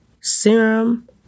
serum